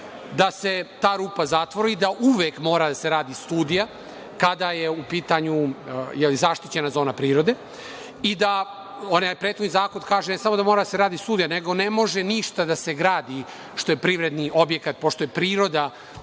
da se ta rupa zatvori i da uvek mora da se radi studija kada je u pitanju zaštićena zona prirode i ovaj predlog zakon kaže ne samo da mora da se radi studija nego ne može ništa da se gradi što je privredni objekat, pošto je priroda